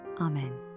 Amen